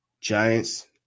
Giants